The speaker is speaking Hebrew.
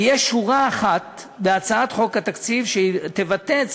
תהיה שורה אחת בהצעת חוק התקציב שתבטא את